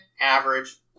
average